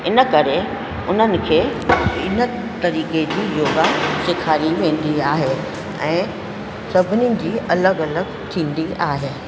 इन करे उन्हनि खे इन तरीक़े जी योगा सेखारी वेंदी आहे ऐं सभिनी जी अलॻि अलॻि थींदी आहे